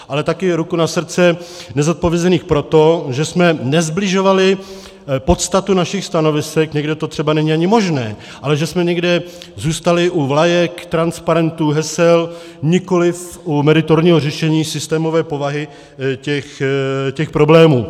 Ale taky, ruku na srdce, nezodpovězených proto, že jsme nesbližovali podstatu našich stanovisek, někde to třeba není ani možné, ale že jsme někde zůstali u vlajek, transparentů, hesel, nikoliv u meritorního řešení systémové povahy těch problémů.